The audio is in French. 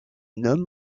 homme